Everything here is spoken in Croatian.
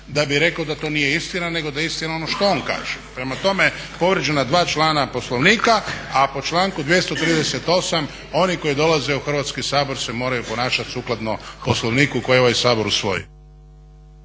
da bi rekao da to nije istina, nego da je istina ono što on kaže. Prema tome, povrijeđena dva člana Poslovnika, a po članku 238. oni koji dolaze u Hrvatski sabor se moraju ponašati sukladno Poslovniku koji ovaj Sabor usvoji.